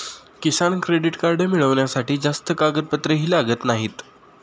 किसान credit card मिळवण्यासाठी जास्त कागदपत्रेही लागत नाहीत